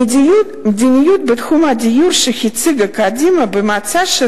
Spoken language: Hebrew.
המדיניות בתחום הדיור שהציגה קדימה במצע החדש